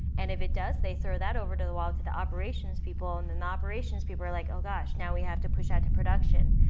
and if it does, they throw that over to the walls to the operations people and then the operations people are like, oh gosh, now we have to push out to production.